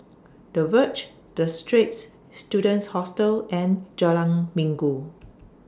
The Verge The Straits Students Hostel and Jalan Minggu